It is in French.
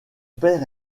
père